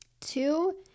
Two